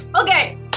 Okay